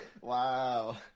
Wow